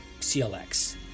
CLX